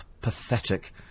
pathetic